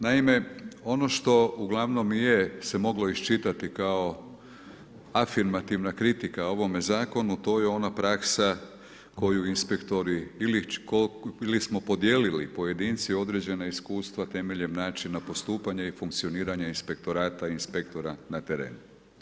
Naime, ono što ugl. je se moglo iščitati kao afirmativna kritika u ovom zakonu, to je ona praksa koji inspektori ili smo podijelili pojedinci određena iskustva temeljem načina postupanja i funkcioniranja inspektorata i inspektora na terenu.